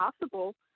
possible